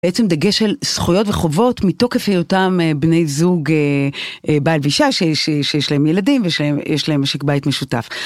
בעצם דגש על זכויות וחובות מתוקף היותם בני זוג בעל ואישה שיש להם ילדים ושיש להם משק בית משותף.